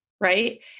right